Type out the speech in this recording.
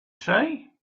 say